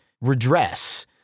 redress